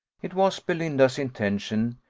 it was belinda's intention,